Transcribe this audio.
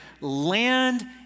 land